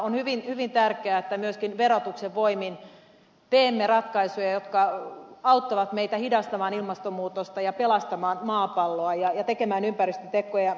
on hyvin tärkeää että myöskin verotuksen voimin teemme ratkaisuja jotka auttavat meitä hidastamaan ilmastonmuutosta ja pelastamaan maapalloa ja tekemään ympäristötekoja